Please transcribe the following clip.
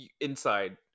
inside